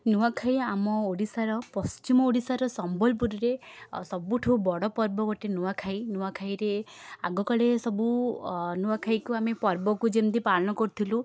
ନୂଆଖାଇ ଆମ ଓଡ଼ିଶାର ପଶ୍ଚିମ ଓଡ଼ିଶାର ସମ୍ବଲପୁରରେ ସବୁଠୁ ବଡ଼ ପର୍ବ ଗୋଟେ ନୂଆଖାଇ ନୂଆଖାଇରେ ଆଗକାଳରେ ସବୁ ନୂଆଖାଇକୁ ଆମେ ପର୍ବକୁ ଯେମତି ପାଳନ କରୁଥିଲୁ